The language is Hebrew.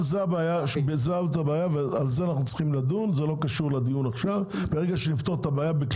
בוא נעזוב את הקומפלימנטים ונפתור את הבעיה;